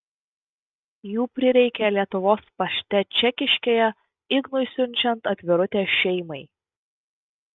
jų prireikė lietuvos pašte čekiškėje ignui siunčiant atvirutę šeimai